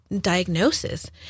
diagnosis